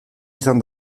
izan